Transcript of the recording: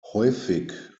häufig